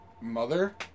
mother